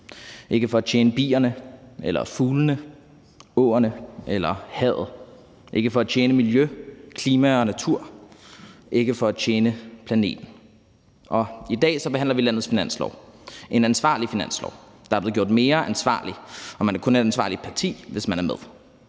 ikke for at tjene bierne eller fuglene, åerne eller havene, ikke for at tjene miljø, klima og natur og ikke for at tjene planeten. I dag behandler vi forslaget til landets finanslov, en ansvarlig finanslov, der er blevet gjort mere ansvarlig – og man er kun et ansvarligt parti, hvis man er med.